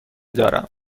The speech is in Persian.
دارم